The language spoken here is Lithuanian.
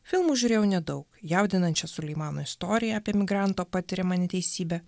filmų žiūrėjau nedaug jaudinančią suleimano istoriją apie emigranto patiriamą neteisybę